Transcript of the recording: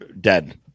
dead